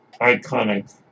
iconic